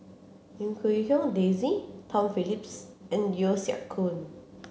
Lim Quee Hong Daisy Tom Phillips and Yeo Siak Koon